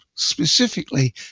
specifically